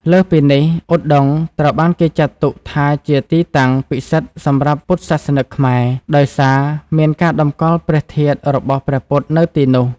លើសពីនេះ ឧដុង្គត្រូវបានគេចាត់ទុកថាជាទីតាំងពិសិដ្ឋសម្រាប់ពុទ្ធសាសនិកខ្មែរ ដោយសារមានការតម្កល់ព្រះធាតុរបស់ព្រះពុទ្ធនៅទីនោះ។